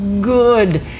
good